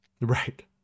right